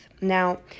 Now